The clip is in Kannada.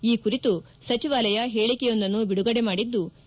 ಈ ಕುರಿತು ಸಚಿವಾಲಯ ಹೇಳಿಕೆಯೊಂದನ್ನು ಬಿಡುಗಡೆ ಮಾಡಿದ್ಲು